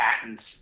patents